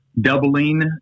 doubling